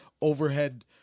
overhead